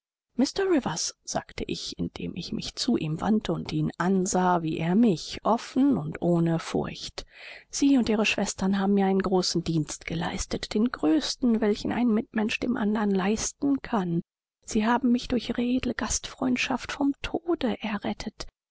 sagte ich indem ich mich zu ihm wandte und ihn ansah wie er mich offen und ohne furcht sie und ihre schwestern haben mir einen großen dienst geleistet den größten welchen ein mitmensch dem andern leisten kann sie haben mich durch ihre edle gastfreundschaft vom tode errettet